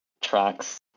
tracks